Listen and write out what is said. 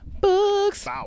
books